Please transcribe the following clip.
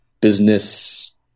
business